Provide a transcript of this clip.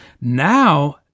Now